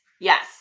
yes